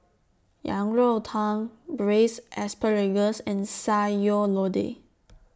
Yang Rou Tang Braised Asparagus and Sayur Lodeh